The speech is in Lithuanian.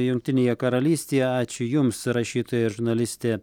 jungtinėje karalystėje ačiū jums rašytoja ir žurnalistė